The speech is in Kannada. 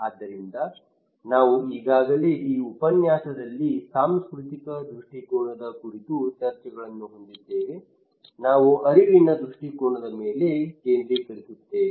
ಆದ್ದರಿಂದ ನಾವು ಈಗಾಗಲೇ ಈ ಉಪನ್ಯಾಸದಲ್ಲಿ ಸಾಂಸ್ಕೃತಿಕ ದೃಷ್ಟಿಕೋನದ ಕುರಿತು ಚರ್ಚೆಗಳನ್ನು ಹೊಂದಿದ್ದೇವೆ ನಾವು ಅರಿವಿನ ದೃಷ್ಟಿಕೋನದ ಮೇಲೆ ಕೇಂದ್ರೀಕರಿಸುತ್ತೇವೆ